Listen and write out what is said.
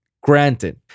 granted